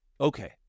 okay